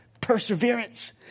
perseverance